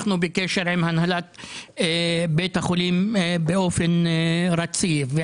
אנחנו בקשר עם הנהלת בית החולים ועם העירייה.